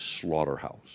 slaughterhouse